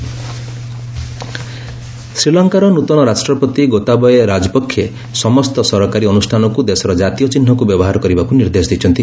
SL president ଶ୍ରୀଲଙ୍କାର ନୂତନ ରାଷ୍ଟ୍ରପତି ଗୋତାବୟେ ରାଜପକ୍ଷ ସମସ୍ତ ସରକାରୀ ଅନୁଷ୍ଠାନକୁ ଦେଶର ଜାତୀୟ ଚିହ୍ନକୁ ବ୍ୟବହାର କରିବାକୁ ନିର୍ଦ୍ଦେଶ ଦେଇଛନ୍ତି